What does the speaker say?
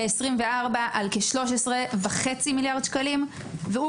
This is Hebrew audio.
ב-2024 על כ-13.5 מיליארד שקלים והוא,